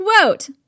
quote